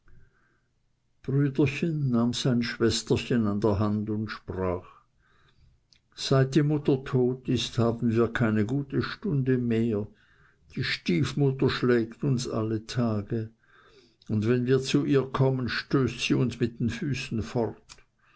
brüderchen nahm sein schwesterchen an der hand und sprach seit die mutter tot ist haben wir keine gute stunde mehr die stiefmutter schlägt uns alle tage und wenn wir zu ihr kommen stößt sie uns mit den füßen fort